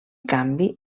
canvi